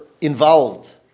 involved